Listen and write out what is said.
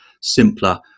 Simpler